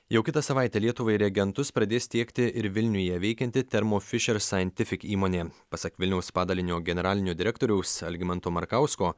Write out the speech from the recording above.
jau kitą savaitę lietuvai reagentus pradės tiekti ir vilniuje veikianti thermo fisher scientific įmonė pasak vilniaus padalinio generalinio direktoriaus algimanto markausko